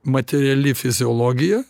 materiali fiziologija